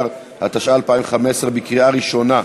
12), התשע"ה 2015, לקריאה ראשונה.